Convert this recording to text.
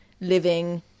living